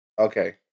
okay